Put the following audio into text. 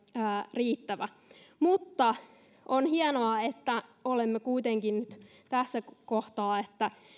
riittävä mutta on hienoa että olemme kuitenkin nyt tässä kohtaa että